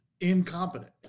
incompetent